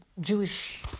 Jewish